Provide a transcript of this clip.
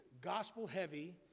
gospel-heavy